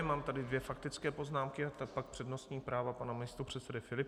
Mám tady dvě faktické poznámky a pak přednostní právo pana místopředsedy Filipa.